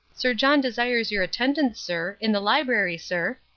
sir john desires your attendance, sir, in the library, sir.